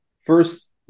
First